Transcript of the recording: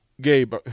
Gabe